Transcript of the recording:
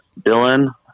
Dylan